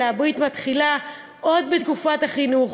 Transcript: אלא הברית מתחילה עוד בתקופת החינוך,